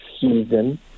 season